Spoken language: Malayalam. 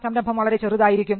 സംരംഭം വളരെ ചെറുതായിരിക്കും